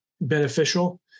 beneficial